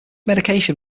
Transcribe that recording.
medication